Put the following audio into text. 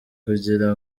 kugira